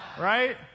Right